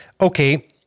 okay